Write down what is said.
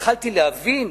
התחלתי להבין,